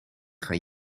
gaan